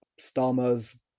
Starmer's